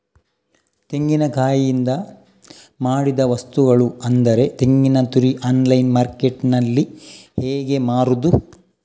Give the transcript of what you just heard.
ತೆಂಗಿನಕಾಯಿಯಿಂದ ಮಾಡಿದ ವಸ್ತುಗಳು ಅಂದರೆ ತೆಂಗಿನತುರಿ ಆನ್ಲೈನ್ ಮಾರ್ಕೆಟ್ಟಿನಲ್ಲಿ ಹೇಗೆ ಮಾರುದು?